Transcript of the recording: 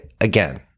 again